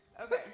okay